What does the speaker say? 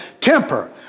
temper